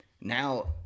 now